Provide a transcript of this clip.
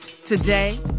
Today